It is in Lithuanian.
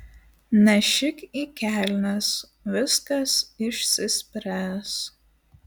nešik į kelnes viskas išsispręs